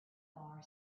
bar